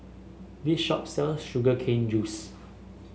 this shop sells Sugar Cane Juice